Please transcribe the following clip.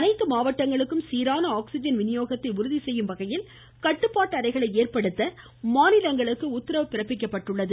அனைத்து மாவட்டங்களுக்கும் சீரான ஆக்ஸிஜன் விநியோகத்தை உறுதிசெய்யும் வகையில் கட்டுப்பாட்டு அறைகளை ஏற்படுத்த மாநிலங்களுக்கு உத்தரவு பிறப்பிக்கப்பட்டுள்ளது